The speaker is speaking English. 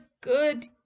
good